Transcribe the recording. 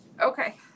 Okay